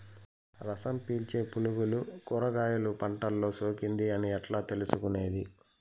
రసం పీల్చే పులుగులు కూరగాయలు పంటలో సోకింది అని ఎట్లా తెలుసుకునేది?